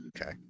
Okay